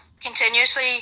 continuously